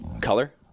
color